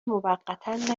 موقتا